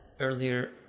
earlier